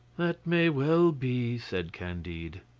that may well be, said candide.